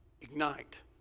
ignite